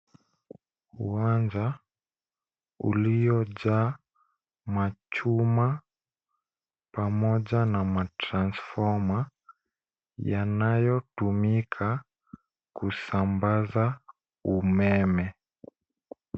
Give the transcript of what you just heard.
Uwanja uliojaa machuma, pamoja na matrasfoma, yanayotumika kusambaza umeme.